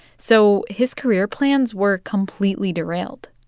so his career plans were completely derailed